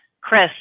Chris